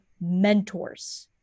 mentors